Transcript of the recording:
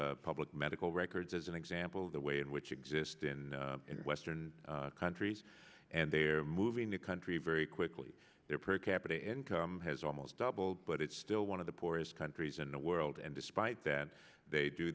of public medical records is an example of the way in which exist in western countries and they are moving the country very quickly there per capita income has almost doubled but it's still one of the poorest countries in the world and despite that they do